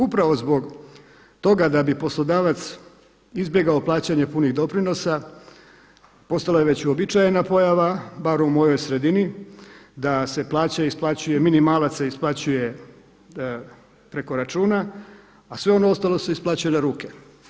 Upravo zbog toga da bi poslodavac izbjegao plaćanje punih doprinosa, postala je već uobičajena pojava, bar u mojoj sredini, da se plaća isplaćuje minimalac se isplaćuje preko računa, a sve ono ostalo se isplaćuje na ruke.